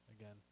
again